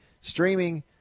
streaming